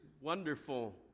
wonderful